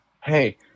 hey